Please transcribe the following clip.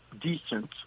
decent